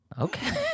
Okay